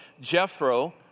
Jethro